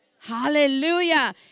Hallelujah